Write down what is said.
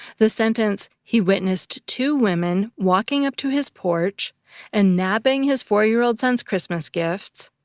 the sentence he witnessed two women walking up to his porch and nabbing his four-year-old son's christmas gifts,